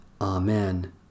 Amen